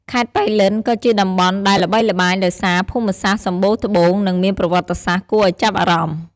ខេត្តប៉ៃលិនក៍ជាតំបន់ដែលល្បីល្បាញដោយសារភូមិសាស្ត្រសម្បូរត្បូង និងមានប្រវត្តិសាស្រ្តគួរឲ្យចាប់អារម្មណ៍។